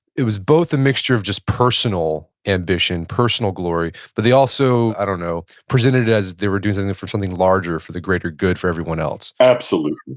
it was both a mixture of just personal ambition, personal glory, but they also, i don't know, presented it as they were doing something for something larger, for the greater good for everyone else absolutely.